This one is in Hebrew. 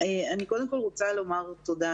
אני קודם כל רוצה לומר תודה,